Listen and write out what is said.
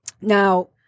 now